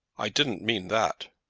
i didn't mean that.